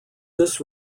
this